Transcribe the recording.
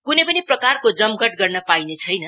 कुनै पनि प्रकारको जमघट गर्न पाइने छैन